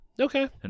Okay